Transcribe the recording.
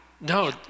No